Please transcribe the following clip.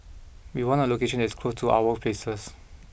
we want a location that is close to our places